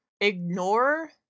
ignore